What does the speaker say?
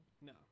No